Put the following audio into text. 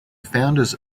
founders